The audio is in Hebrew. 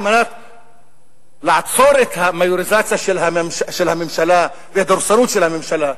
על מנת לעצור את המיוריזציה של הממשלה והדורסנות של הממשלה.